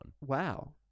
Wow